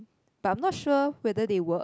but I'm not sure whether they work